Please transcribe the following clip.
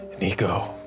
Nico